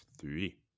three